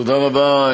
תודה רבה.